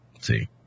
See